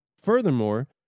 furthermore